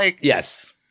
yes